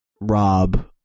Rob